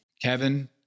Kevin